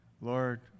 lord